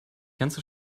ganze